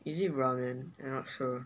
is it ramen I not sure